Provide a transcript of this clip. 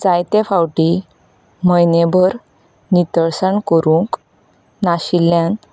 जायते फावटी म्हयनेभर नितळसाण करूंक नाशिल्ल्यान